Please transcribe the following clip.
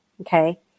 okay